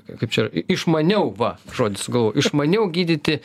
kaip čia išmaniau va žodį sugalvojau išmaniau gydyti